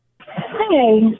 Hi